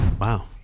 Wow